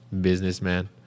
businessman